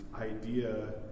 idea